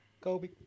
Kobe